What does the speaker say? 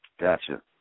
Gotcha